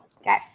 Okay